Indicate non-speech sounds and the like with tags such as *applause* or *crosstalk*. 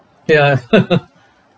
ya *laughs*